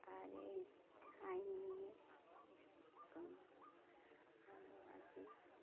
আর এই ঠাঁই নিয়ে আমি ভালো আছি